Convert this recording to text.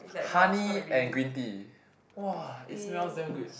honey and green tea !wah! it smells damn good